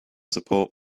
support